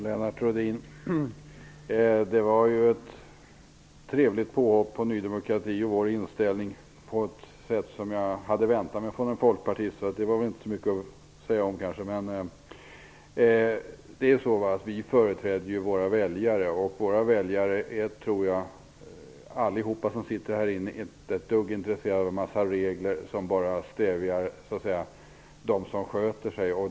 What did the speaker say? Fru talman! Det var ett trevligt påhopp från Lennart Rohdin på Ny demokrati och vår inställning! Visserligen hade jag kunnat vänta mig något sådant från en folkpartist, så det kanske inte är så mycket att säga om. Vi företräder våra väljare, och de tror jag inte är ett dugg intresserade av en massa regler som bara drabbar dem som sköter sig.